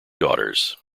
daughters